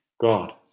God